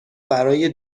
برای